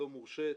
לא מורשית